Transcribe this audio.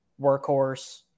workhorse